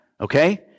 Okay